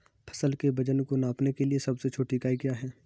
फसल के वजन को नापने के लिए सबसे छोटी इकाई क्या है?